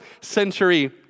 century